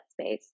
space